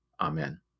Amen